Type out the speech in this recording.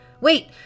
Wait